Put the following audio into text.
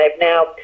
now